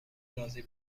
راضی